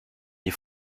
des